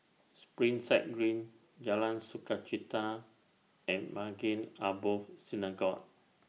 Springside Green Jalan Sukachita and Maghain Aboth Synagogue